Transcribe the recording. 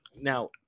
Now